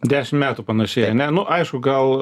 dešim metų panašėja ne nu aišku gal